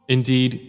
Indeed